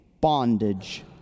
bondage